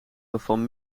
waarvan